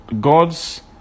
God's